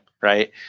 Right